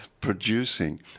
producing